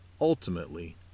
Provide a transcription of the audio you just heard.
ultimately